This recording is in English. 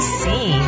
see